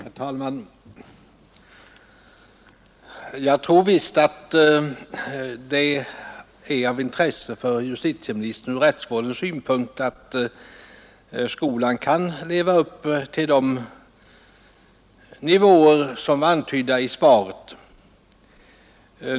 Herr talman! Jag tror visst att det från rättsvårdens synpunkt är av intresse för justitieministern att skolan kan leva upp till de målsättningar som är antydda i svaret.